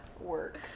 work